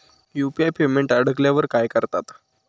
UPI payment अडकल्यावर काय करतात?